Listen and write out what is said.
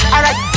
Alright